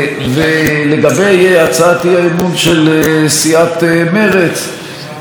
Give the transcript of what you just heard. ולגבי הצעת האי-אמון של סיעת מרצ,